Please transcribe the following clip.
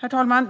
Herr talman!